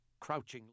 crouching